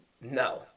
No